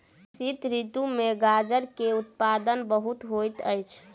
शीत ऋतू में गाजर के उत्पादन बहुत होइत अछि